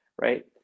right